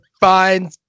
fine